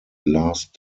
last